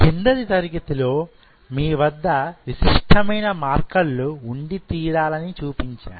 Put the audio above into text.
కిందటి తరగతిలో మీ వద్ద విశిష్టమైన మార్కర్ లు ఉండి తీరాలని చూపించాను